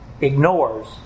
ignores